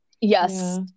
yes